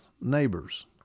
neighbors